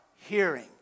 hearing